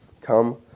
Come